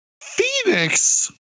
Phoenix